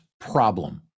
problem